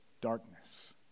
darkness